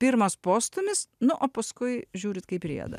pirmas postūmis nu o paskui žiūrit kaip rieda